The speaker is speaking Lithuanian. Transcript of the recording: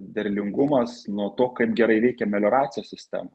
derlingumas nuo to kaip gerai veikia melioracijos sistema